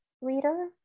reader